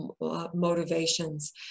motivations